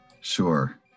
sure